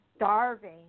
starving